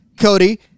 Cody –